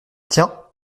tiens